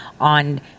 on